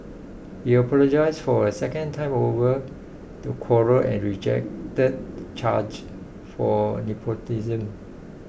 he apologised for a second time over the quarrel and rejected charges for nepotism